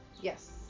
Yes